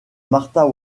martha